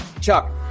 Chuck